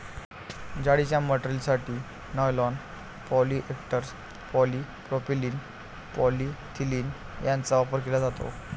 जाळीच्या मटेरियलसाठी nylon, polyester, polypropylene, polyethylene यांचा वापर केला जातो